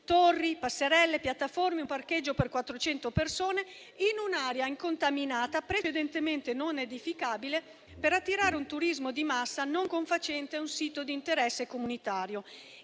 torri, passerelle, piattaforme, un parcheggio per 400 persone in un'area incontaminata precedentemente non edificabile, per attirare un turismo di massa non confacente a un sito di interesse comunitario.